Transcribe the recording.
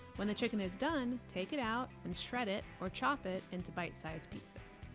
when the chicken is done, take it out and shred it or chop it into bite size pieces.